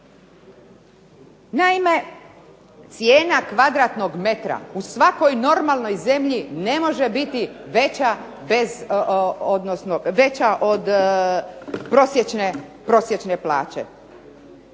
Naime, cijena kvadratnog metra u svakoj normalnoj zemlji ne može biti veća od prosječne plaće.